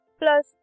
plus